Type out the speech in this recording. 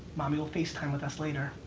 mommy will facetime with us later.